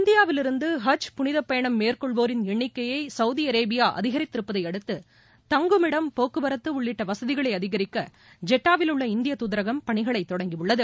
இந்தியாவிலிருந்து ஹஜ் புனிதப்பயணம் மேற்கொள்வோரின் எண்ணிக்கையை சவுதி அரேபியா அதிகரித்திருப்பதையடுத்து தங்குமிடம் போக்குவரத்து உள்ளிட்ட வசதிகளை அதிகரிக்க ஜெட்டாவிலுள்ள இந்தியத் தூதரகம் பணிகளை தொடங்கியுள்ளது